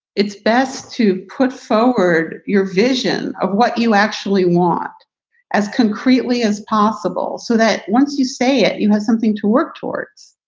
it's best to put forward your vision of what you actually want as concretely as possible so that once you say it, you have something to work towards.